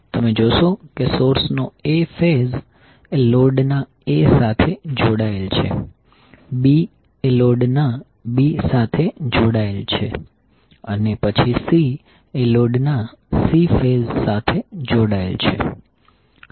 તમે જોશો કે સોર્સ નો A ફેઝ એ લોડના A સાથે જોડાયેલ છે B લોડના B સાથે જોડાયેલ છે અને પછી C લોડના C ફેઝ સાથે જોડાયેલ છે